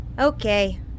Okay